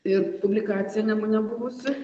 ir publikacija nemune buvusi